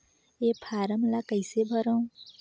ये फारम ला कइसे भरो?